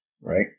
right